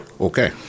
Okay